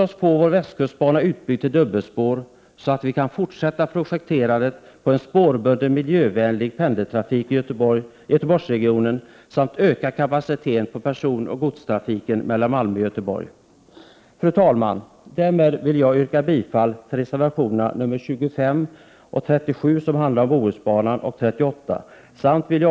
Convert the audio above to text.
Låt oss få västkustbanan utbyggd med dubbelspår, så att vi kan fortsätta projekterandet av en spårbunden miljövänlig pendeltrafik i Göteborgsregionen och öka kapaciteten när det gäller personoch godstrafiken mellan Malmö och Göteborg. Fru talman! Härmed yrkar jag bifall till reservationerna nr 25, 37 — vilken handlar om Bohusbanan — och 38.